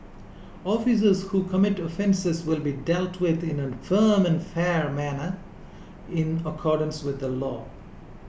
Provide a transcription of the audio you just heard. officers who commit offences will be dealt with in a firm and fair manner in accordance with the law